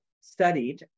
studied